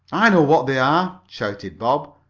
i know what they are! shouted bob.